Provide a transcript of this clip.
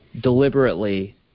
deliberately